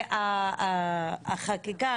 החקיקה,